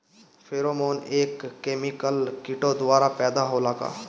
Pheromone एक chemical किटो द्वारा पैदा होला का?